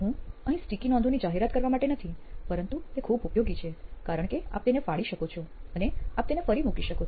હું અહીં સ્ટીકી નોંધોની જાહેરાત કરવા માટે નથી પરંતુ તે ખૂબ ઉપયોગી છે કારણ કે આપ તેને ફાડી શકો છો અને આપ તેને ફરી મૂકી શકો છો